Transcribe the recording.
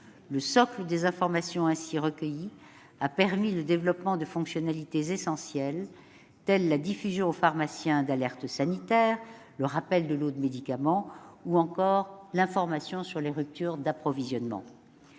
Le socle des informations ainsi recueillies a permis le développement de fonctionnalités essentielles, tels la diffusion aux pharmaciens d'alertes sanitaires, le rappel de lots de médicaments, ou encore l'information sur les ruptures d'approvisionnement.